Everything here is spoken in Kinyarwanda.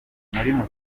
mutarama